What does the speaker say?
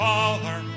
Father